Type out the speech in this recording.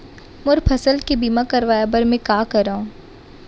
मोर फसल के बीमा करवाये बर में का करंव?